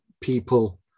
people